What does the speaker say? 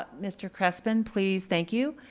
ah mr. crespin, please, thank you.